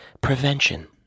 prevention